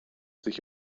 sich